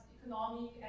economic